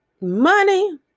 money